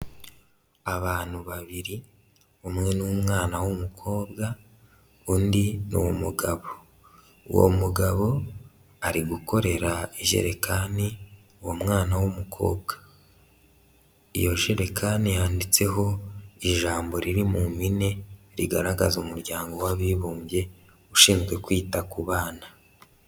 Abantu babiri, umwe ni umwana w'umukobwa, undi ni umugabo, uwo mugabo ari gukorera ijerekani uwo mwana w'umukobwa, iyo jerekani yanditseho ijambo riri mu mpine, rigaragaza umuryango w'abibumbye ushinzwe kwita ku bana.